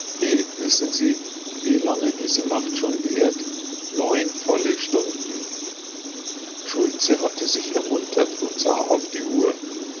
wissen sie wie lange diese nacht schon währt neun volle stunden schultze hatte sich ermuntert und sah auf die uhr